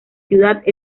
ciudad